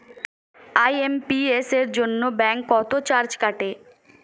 IMPS এর জন্য bank কত চার্জ কাটে?